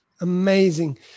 amazing